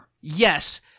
Yes